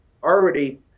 already